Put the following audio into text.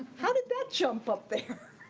how did that jump up there?